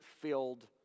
filled